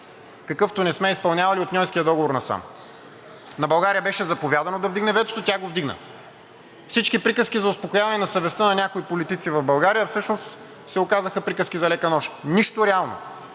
какъвто не сме изпълнявали от Ньойския договор насам. На България беше заповядано да вдигне ветото, тя го вдигна. Всички приказки за успокояване на съвестта на някои политици в България всъщност се оказаха приказки за лека нощ. Нищо реално!